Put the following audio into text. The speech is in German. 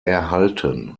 erhalten